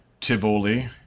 Tivoli